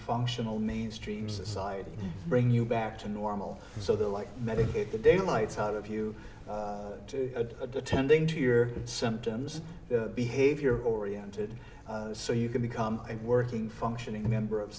functional mainstream society bring you back to normal so they like medicate the daylights out of you tending to your symptoms behavior oriented so you can become a working functioning member of